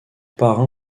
parrain